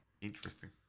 interesting